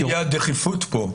תיכנס לפי הדחיפות פה.